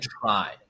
try